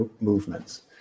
movements